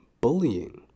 Bullying